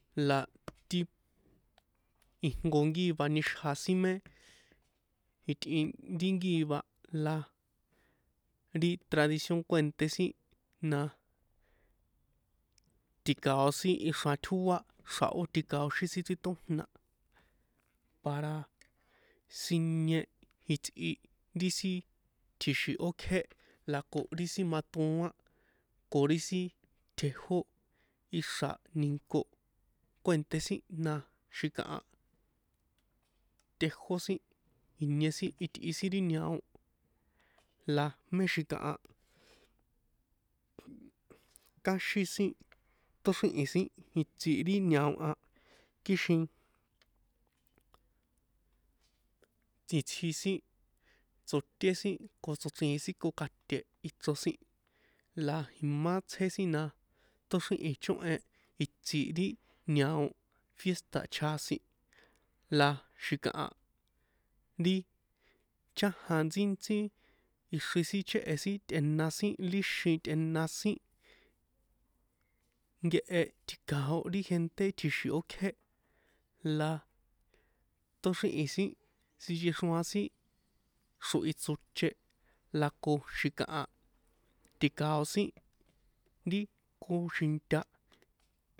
La ti ijnko ngíva nixja sin mé itꞌin nti ngíva la ri tradición kuènté sin na ti̱kao̱ sin ixran tjóa xra̱hó tji̱kao̱xín sin chrítójna̱ para sinie itsꞌi ri sin tji̱xi̱n ókjé la ko ri sin matoan ko ri sin tjejó ixra̱ ni̱nko kuènté sin na xi̱kaha tejó sin inie sin itꞌi sin ri ñao la mé xi̱kaha káxin sin tóxríhi̱n sin itsi ri ñao a kixin itsji sin tsoté sin ko tsochríin kokaṭe ichro sin la imá itsjé sin na tóxríhi̱n chóhen itsi ri ñao fiésta̱ chjasin la xi̱kaha ri chájan ntsíntsí ixri sin chéhe̱ tꞌe̱na sin líxin tꞌe̱na sin nkehe tji̱kao ri gente tjixi̱n ókjé la tóxríhi̱n sinchexroan sin xrohi tsoche la ko xi̱kaha ti̱kao̱ in ri koxinta.